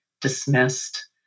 dismissed